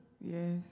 Yes